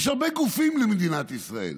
יש הרבה גופים למדינת ישראל,